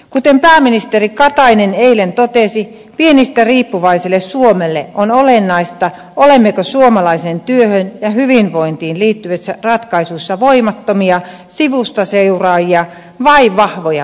kuten pääministeri katainen eilen totesi pienistä riippuvaiselle suomelle on olennaista olemmeko suomalaiseen työhön ja hyvinvointiin liittyvissä ratkaisuissa voimattomia sivusta seuraajia vai vahvoja vaikuttajia